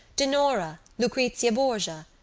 dinorah, lucrezia borgia?